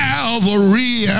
Calvary